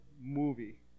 movie